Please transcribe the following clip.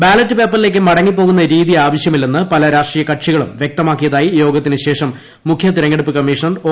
ballot പേപ്പറിലേക്ക് മടങ്ങിപ്പോകുന്ന രീതി ആവശ്യമില്ലെന്ന് പല രാഷ്ട്രീയകക്ഷികളും വ്യക്തമാക്കിയതായി യോഗത്തിന് ശേഷം മുഖ്യതിരഞ്ഞെടുപ്പ് കമ്മീഷണർ ഒ